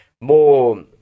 more